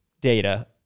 data